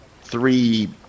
three